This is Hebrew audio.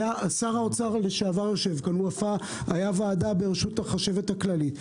שר האוצר לשעבר יושב כאן; הייתה ועדת בראשות החשבת הכללית,